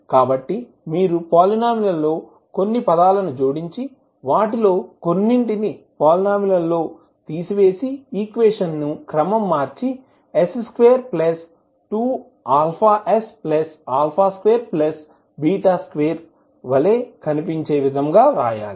కాబట్టి మీరు పాలీనోమిల్ లో కొన్ని పదాలను జోడించి వాటిలో కొన్నింటిని పాలీనోమిల్ లో తీసివేసి ఈక్వేషన్ ని క్రమం మర్చి s22αs22వలె కనిపించే విధంగా వ్రాయాలి